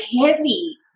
heavy